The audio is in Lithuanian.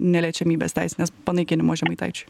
neliečiamybės teisinės panaikinimo žemaitaičiui